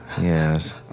yes